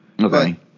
Okay